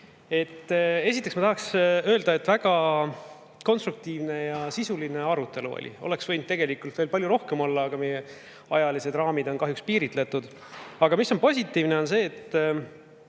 Esiteks tahan öelda, et oli väga konstruktiivne ja sisuline arutelu. Seda oleks võinud tegelikult veel palju rohkem olla, aga meie ajalised raamid on kahjuks piiritletud. Aga positiivne on see.